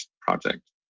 Project